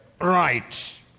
right